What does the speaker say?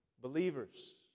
believers